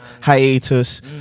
hiatus